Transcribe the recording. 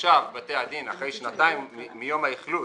עכשיו בתי הדין אחרי שנתיים מיום האכלוס